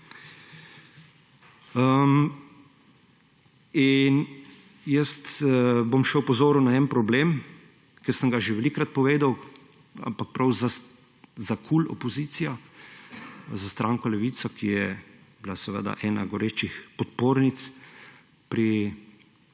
bom še na en problem, ki sem ga že velikokrat povedal, ampak prav za KUL opozicijo, za stranko Levica, ki je bila seveda ena od gorečih podpornic pri